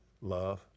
Love